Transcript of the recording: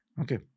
okay